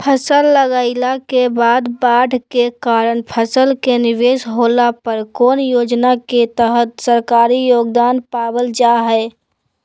फसल लगाईला के बाद बाढ़ के कारण फसल के निवेस होला पर कौन योजना के तहत सरकारी योगदान पाबल जा हय?